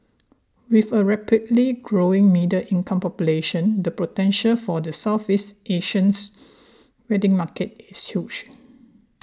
with a rapidly growing middle income population the potential for the Southeast Asians wedding market is huge